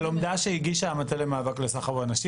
הלומדה שהגיש המטה למאבק בסחר בנשים.